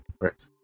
right